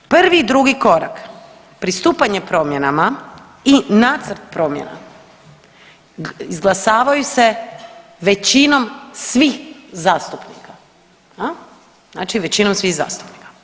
Prvi i drugi korak, pristupanje promjenama i nacrt promjena izglasavaju se većinom svih zastupnika jel, znači većinom svih zastupnika.